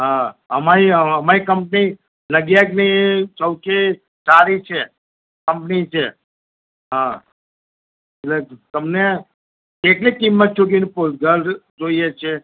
હા અમારી કંપની નડિયાદની ચોથી સારી છે કંપની છે એટલે તમને કેટલી કિંમત ચૂકવીને જોઈએ છે